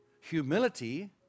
humility